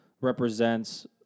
represents